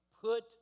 Put